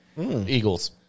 Eagles